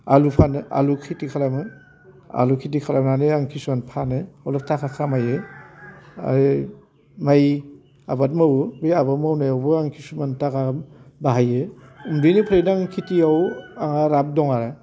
आलु फानो आलु खेथि खालामो आलु खेथि खालामनानै आं खिसुमान फानो अलप थाखा खामायो आरो माइ आबाद मावो बे आबाद मावनायावबो आं खिसुमान थाखा बाहायो बेनिफ्रायनो आं खेथियाव लाभ दं आरो